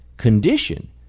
Condition